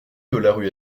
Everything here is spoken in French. dollars